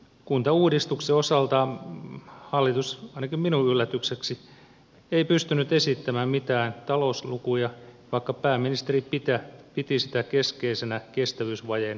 kuntauudistuksen osalta hallitus ainakin minun yllätyksekseni ei pystynyt esittämään mitään talouslukuja vaikka pääministeri piti sitä keskeisenä kestävyysvajeen paikkaajana